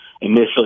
initially